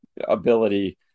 Ability